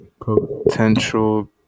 potential